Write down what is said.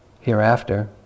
Hereafter